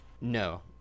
No